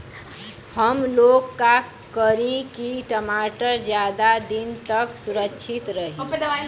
हमलोग का करी की टमाटर ज्यादा दिन तक सुरक्षित रही?